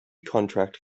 contract